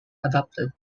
adopted